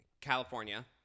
California